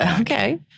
Okay